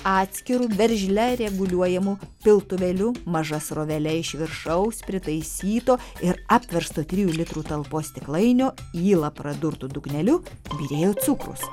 atskiru veržle reguliuojamu piltuvėliu maža srovele iš viršaus pritaisyto ir apversto trijų litrų talpos stiklainio yla pradurtu dugneliu byrėjo cukrus